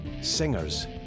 singers